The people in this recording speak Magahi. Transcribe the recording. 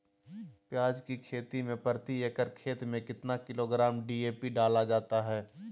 प्याज की खेती में प्रति एकड़ खेत में कितना किलोग्राम डी.ए.पी डाला जाता है?